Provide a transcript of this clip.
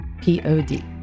P-O-D